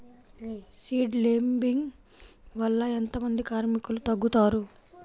Seed లేంబింగ్ వల్ల ఎంత మంది కార్మికులు తగ్గుతారు?